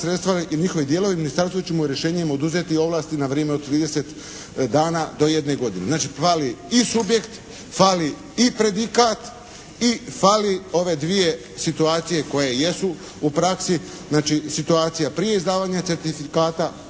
sredstva i njihovi dijelovi ministarstvo će mu rješenjem oduzeti ovlasti na vrijeme od 30 dana do jedne godine, znači fali i subjekt, fali i predikat i fali ove dvije situacije koje jesu u praksi, znači situacija prije izdavanja certifikata